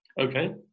Okay